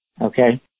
okay